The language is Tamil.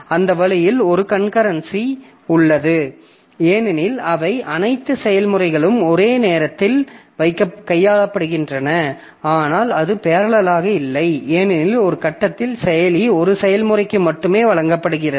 அந்த வழியில் ஒரு கன்கரன்சி உள்ளது ஏனெனில் அவை அனைத்து செயல்முறைகளும் ஒரே நேரத்தில் கையாளப்படுகின்றன ஆனால் அது பேரலல்லாக இல்லை ஏனெனில் ஒரு கட்டத்தில் செயலி ஒரு செயல்முறைக்கு மட்டுமே வழங்கப்படுகிறது